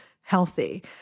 healthy